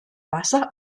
wasser